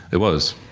it was,